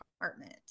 apartment